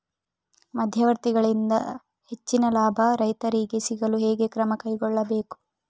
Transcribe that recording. ಮಧ್ಯವರ್ತಿಗಳಿಂದ ಹೆಚ್ಚಿನ ಲಾಭ ರೈತರಿಗೆ ಸಿಗಲು ಹೇಗೆ ಕ್ರಮ ಕೈಗೊಳ್ಳಬೇಕು?